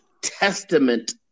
testament